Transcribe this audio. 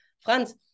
Franz